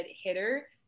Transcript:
hitter